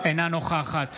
נוכחת